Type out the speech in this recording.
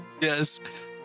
Yes